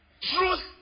truth